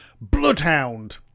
Bloodhound